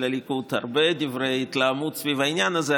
הליכוד הרבה דברי התלהמות סביב העניין הזה.